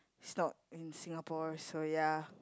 it's not in Singapore so ya